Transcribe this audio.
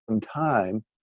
time